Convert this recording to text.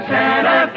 Santa